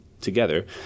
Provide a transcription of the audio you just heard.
together